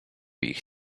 ich